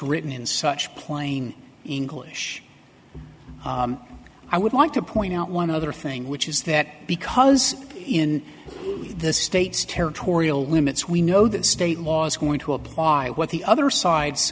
written in such plain english i would like to point out one other thing which is that because in the states territorial limits we know that state law is going to apply what the other side's